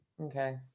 Okay